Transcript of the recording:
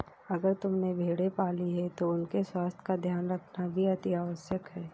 अगर तुमने भेड़ें पाली हैं तो उनके स्वास्थ्य का ध्यान रखना भी अतिआवश्यक है